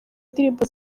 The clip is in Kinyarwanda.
indirimbo